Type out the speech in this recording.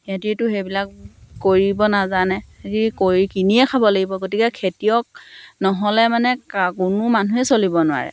সিহঁতিওতো সেইবিলাক কৰিব নাজানে সিহঁতি কৰি কিনিয়ে খাব লাগিব গতিকে খেতিয়ক নহ'লে মানে কা কোনো মানুহেই চলিব নোৱাৰে